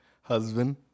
Husband